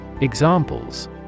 Examples